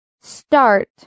Start